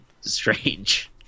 strange